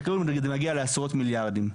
בקירוב זה מגיע לעשרות מיליארדים.